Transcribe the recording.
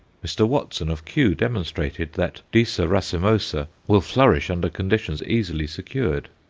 mr. watson of kew demonstrated that disa racemosa will flourish under conditions easily secured.